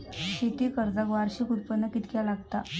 शेती कर्जाक वार्षिक उत्पन्न कितक्या लागता?